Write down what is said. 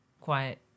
quiet